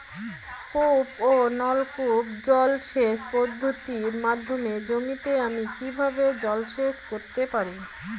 কূপ ও নলকূপ জলসেচ পদ্ধতির মাধ্যমে জমিতে আমি কীভাবে জলসেচ করতে পারি?